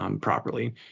properly